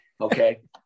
okay